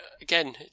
again